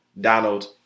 donald